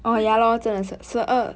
不会讲